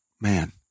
Man